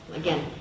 again